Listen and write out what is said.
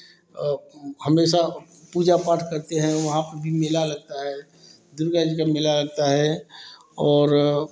हमेशा पूजा पाठ करते हैं वहाँ पर भी मेला लगता है दुर्गा जी का मेला लगता है और